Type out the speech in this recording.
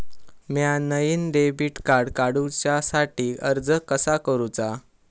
म्या नईन debit card काडुच्या साठी अर्ज कसा करूचा?